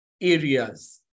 areas